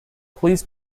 please